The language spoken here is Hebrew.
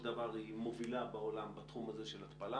דבר היא מובילה בעולם בתחום הזה של התפלה,